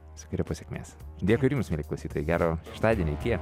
visokeriopos sėkmės dėkui ir jums mieli klausytojai gera šeštadienio iki